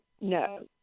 No